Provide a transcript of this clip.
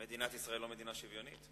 מדינת ישראל היא לא מדינה שוויונית?